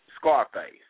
Scarface